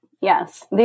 Yes